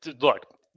Look